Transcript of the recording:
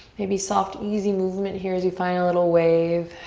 maybe soft, easy movement here as you find a little wave.